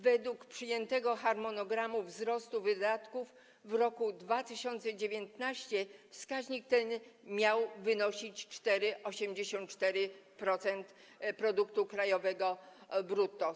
Według przyjętego harmonogramu wzrostu wydatków w roku 2019 wskaźnik ten miał wynosić 4,84% produktu krajowego brutto.